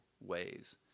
ways